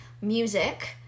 music